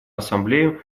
ассамблею